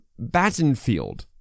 Battenfield